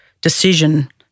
decision